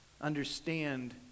understand